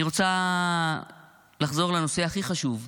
אני רוצה לחזור לנושא הכי חשוב,